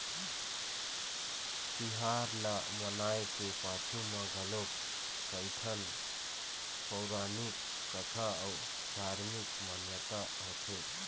तिहार ल मनाए के पाछू म घलोक कइठन पउरानिक कथा अउ धारमिक मान्यता होथे